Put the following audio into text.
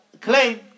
claim